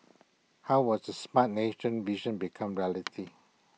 how will the Smart Nation vision become reality